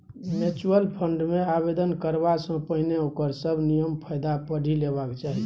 mutual fund मे आवेदन करबा सँ पहिने ओकर सभ नियम कायदा पढ़ि लेबाक चाही